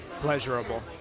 pleasurable